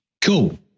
Cool